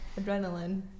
adrenaline